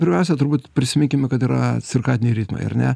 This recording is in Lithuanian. pirmiausia turbūt prisiminkime kad yra cirkadiniai ritmai ar ne